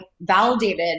validated